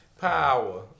Power